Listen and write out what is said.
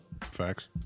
Facts